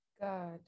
God